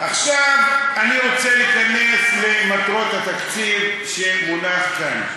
עכשיו אני רוצה להיכנס למטרות התקציב שמונח כאן.